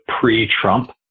pre-Trump